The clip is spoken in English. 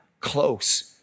close